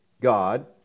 God